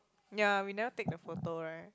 ya we never take the photo right